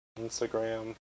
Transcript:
Instagram